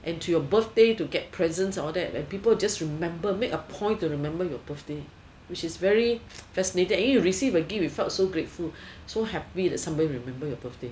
and to your birthday to get presents all that when people just remember made a point to remember your birthday which is very fascinated and you receive a gift felt so grateful so happy that somebody remembered your birthday